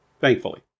Thankfully